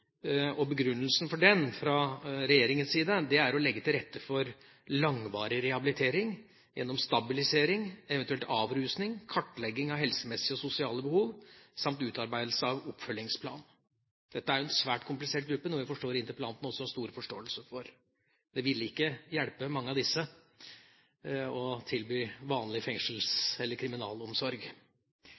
og begrunnelsen for den fra regjeringas side er å legge til rette for langvarig rehabilitering gjennom stabilisering, eventuell avrusning, kartlegging av helsemessige og sosiale behov samt utarbeidelse av oppfølgingsplan. Dette er en svært komplisert gruppe, noe jeg forstår at interpellanten også har stor forståelse for. Det ville ikke hjelpe mange av disse å tilby vanlig kriminalomsorg.